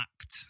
act